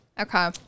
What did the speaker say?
Okay